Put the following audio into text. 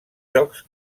jocs